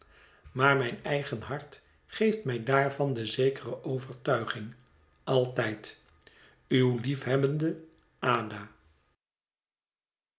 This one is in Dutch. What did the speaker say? maar mijn eigen hart geeft mij daarvan de zekere overtuiging altijd uwe liefhebbende ada